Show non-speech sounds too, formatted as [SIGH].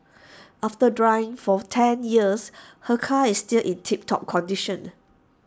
[NOISE] after driving for ten years her car is still in tip top condition